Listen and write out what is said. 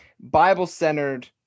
bible-centered